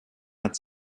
hat